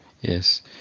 yes